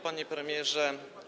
Panie Premierze!